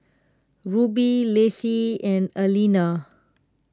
Ruby Lacie and Aleena